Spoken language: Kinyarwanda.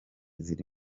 ziri